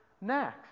next